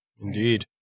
Indeed